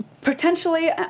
potentially